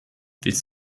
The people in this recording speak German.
willst